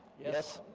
yes.